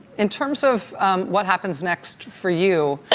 in terms of what happens next for you,